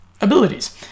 abilities